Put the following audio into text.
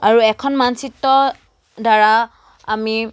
আৰু এখন মানচিত্ৰ দ্বাৰা আমি